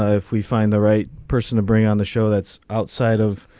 ah if we find the right person to bring on the show that's outside of.